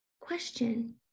question